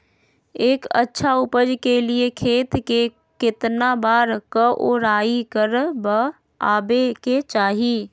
एक अच्छा उपज के लिए खेत के केतना बार कओराई करबआबे के चाहि?